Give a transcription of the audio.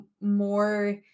more